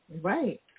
Right